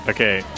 Okay